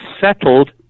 settled